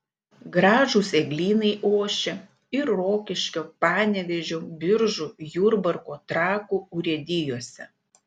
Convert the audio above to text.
gražūs eglynai ošia ir rokiškio panevėžio biržų jurbarko trakų urėdijose